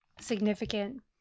significant